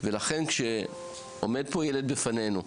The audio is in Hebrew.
ולכן כשעומד פה ילד בפנינו,